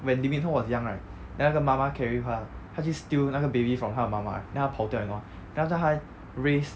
when lee min go was young right then 那个妈妈 carry 他他去 steal 那个 baby from 他的妈妈 eh then 他跑掉你懂吗 then after that 他 raise